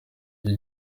ibyo